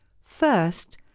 First